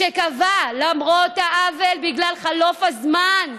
שקבע: למרות העוול, בגלל חלוף הזמן,